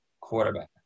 quarterback